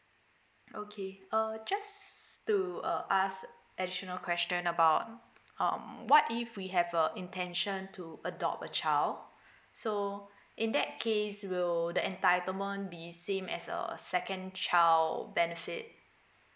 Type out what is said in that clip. okay uh just to uh ask additional question about um what if we have a intention to adopt a child so in that case will the entitlement be same as a second child benefit